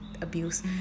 abuse